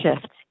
shift